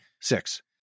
six